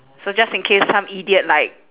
so just in case some idiot like